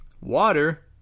Water